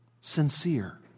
sincere